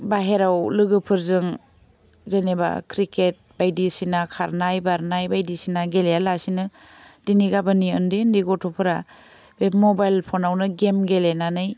बाहेराव लोगोफोरजों जेनेबा क्रिकेट बायदिसिना खारनाय बारनाय बायदिसिना गेलेयालासिनो दिनै गाबोननि ओन्दै ओन्दै गथ'फोरा बे मबाइल फनावनो गेम गेलेनानै